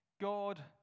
God